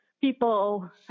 people